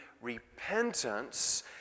repentance